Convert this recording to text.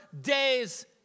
days